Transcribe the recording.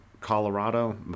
Colorado